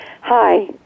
Hi